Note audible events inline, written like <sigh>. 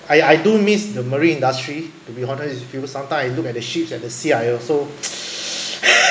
I I do miss the marine industry to be honest it's you know sometime I look at the ships at the sea I also <noise>